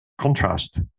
contrast